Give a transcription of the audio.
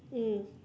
mm